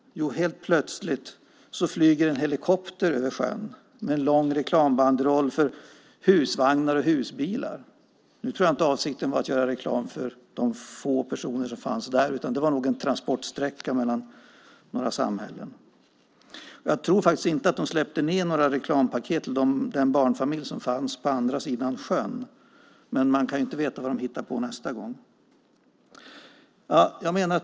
Jo, helt plötsligt flyger en helikopter över sjön med en lång reklambanderoll för husvagnar och husbilar. Jag tror inte att avsikten var att göra reklam för de få personer som var där, utan det var en transportsträcka mellan några samhällen. Jag tror faktiskt inte att de släppte ned några reklampaket till den barnfamilj som fanns på andra sidan sjön, men man kan ju inte veta vad de hittar på nästa gång.